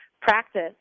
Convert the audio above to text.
practice